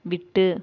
விட்டு